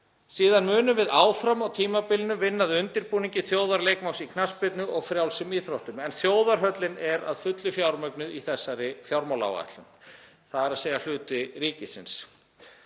Síðan munum við áfram á tímabilinu vinna að undirbúningi þjóðarleikvangs í knattspyrnu og frjálsum íþróttum, en þjóðarhöllin er að fullu fjármögnuð í þessari fjármálaáætlun, þ.e. hluti ríkisins.